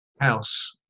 house